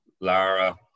Lara